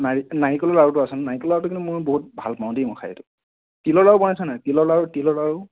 নাৰি নাৰিকলৰ লাৰুটো আছে ন নাৰিকলৰ লাৰুটো কিন্তু মোৰ বহুত ভালপাওঁ দেই মই খায় এইটো তিলৰ লাৰু বনাইছে নাই তিলৰ লাৰু তিলৰ লাৰু